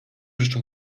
rzeczą